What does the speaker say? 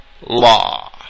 law